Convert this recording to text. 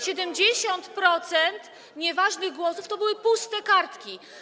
70% nieważnych głosów to były puste kartki.